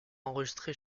enregistrer